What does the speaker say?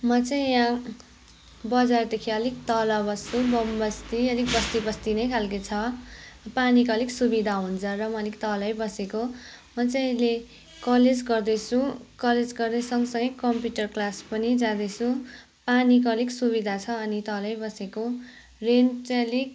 म चाहिँ यहाँ बजारदेखि अलिक तल बस्छु बमबस्ती अलिक बस्ती बस्ती नै खालके छ पानीको अलिक सुविधा हुन्छ र म अलिक तलै बसेको म चाहिँ अहिले कलेज गर्दैछु कलेज गर्दै सँगसँगै कम्प्युटर क्लास पनि जाँदैछु पानीको अलिक सुविधा छ अनि तलै बसेको रेन्ट चाहिँ अलिक